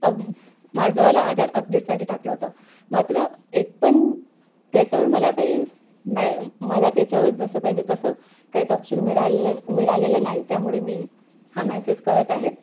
अ माझावाला आधार अपडेटसाठी टाकलं होतं मात्र एकपण त्याच्यावर मला काही मॅ मला त्याच्यावर जसं पाहिजे तसं काही तपशील मिळाले मिळालेलं नाही त्यामुळे मी हा मेसेज करत आहेत